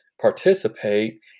participate